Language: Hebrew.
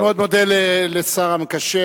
אני מאוד מודה לשר המקשר,